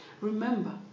Remember